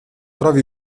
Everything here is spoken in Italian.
trovi